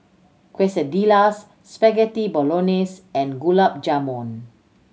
Quesadillas Spaghetti Bolognese and Gulab Jamun